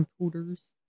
computers